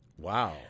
Wow